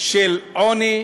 של עוני,